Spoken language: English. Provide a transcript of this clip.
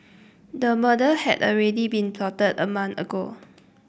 the murder had already been plotted a month ago